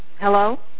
Hello